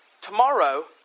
tomorrow